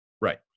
Right